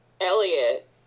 Elliot